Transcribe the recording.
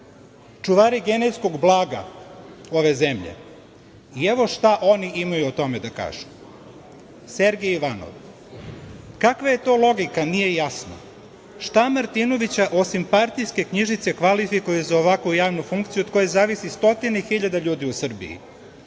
čuvari genetskog blaga ove zemlje i evo šta oni imaju o tome da kažu. Sergej Ivanov: „Kakva je to logika, nije jasno šta Martinovića, osim partijske knjižice, kvalifikuje za ovakvu javnu funkciju od koje zavisi stotine hiljada ljudi u Srbiji?